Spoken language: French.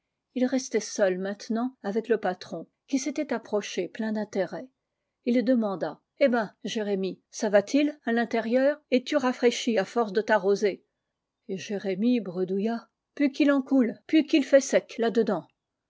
ils restaient seuls maintenant avec le patron qui s'était approché plein d'intérêt ii demanda eh ben jérémie ça va-t-il à l'intérieur es-tu rafraîchi à force de t'arroser et jérémie bredouilla pus qu'il en coule pus qu'il fait sec